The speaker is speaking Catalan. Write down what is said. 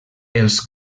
els